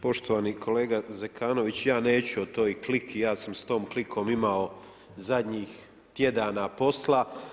Poštovani kolega Zekanović, ja neću o toj kliki, ja sam s tom klikom imao zadnjih tjedana posla.